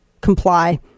comply